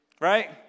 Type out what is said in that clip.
right